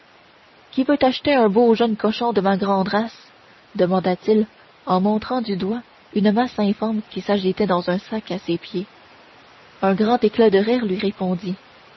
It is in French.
qui veut acheter un beau jeune cochon de ma grand race demanda-t-il en montrant du doigt une masse informe qui s'agitait dans un sac à ses pieds un grand éclat de rire lui répondit